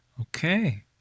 Okay